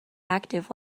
active